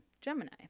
Gemini